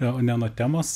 o ne nuo temos